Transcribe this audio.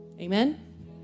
Amen